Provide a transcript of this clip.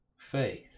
faith